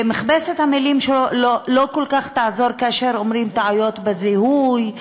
ומכבסת המילים לא כל כך תעזור כאשר אומרים "טעויות בזיהוי",